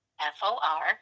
F-O-R